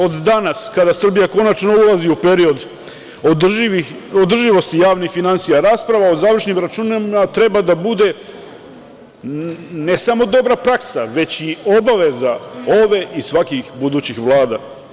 Od danas kada Srbija konačno ulazi u period održivosti javnih finansija rasprava o završnim računima treba da bude, ne samo dobra praksa, već i obaveza ove i svakih budućih vlada.